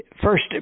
first